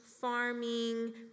farming